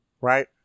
Right